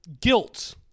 guilt